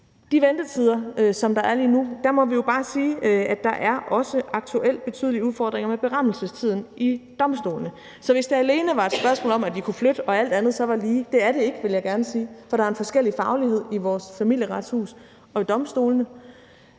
de ventetider, der er lige nu, må vi jo bare sige, at der også aktuelt er betydelige udfordringer med berammelsestiden i domstolene. Det er ikke et spørgsmål om, at vi så bare kunne flytte det, og at alt andet så var lige, vil jeg gerne sige, for der er en forskellig faglighed i Familieretshuset og ved domstolene.